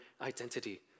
identity